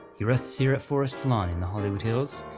he rests here at forest lawn in the hollywood hills,